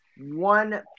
One